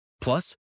Plus